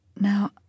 Now